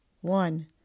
one